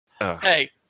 Hey